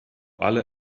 alle